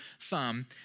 thumb